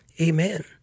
Amen